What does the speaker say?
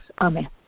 amen